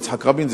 ליצחק רבין,